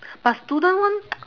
but student one